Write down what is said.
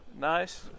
Nice